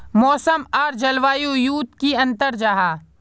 मौसम आर जलवायु युत की अंतर जाहा?